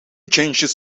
changes